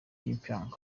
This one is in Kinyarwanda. pyongyang